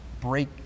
break